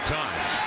times